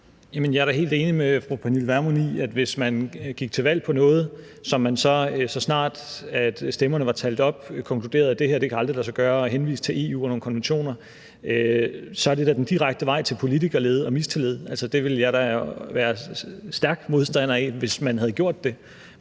fru Pernille Vermund i, at hvis man gik til valg på noget, hvor man så, så snart stemmerne var talt op, konkluderede, at det aldrig kunne lade sig gøre, og henviste til EU og nogle konventioner, så er det da den direkte vej til politikerlede og mistillid. Altså, det ville jeg da være stærk modstander af, hvis man havde gjort det.